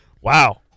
Wow